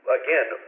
again